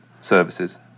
services